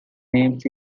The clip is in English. names